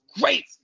great